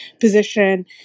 position